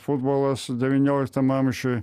futbolas devynioliktam amžiui